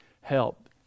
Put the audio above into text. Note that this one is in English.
help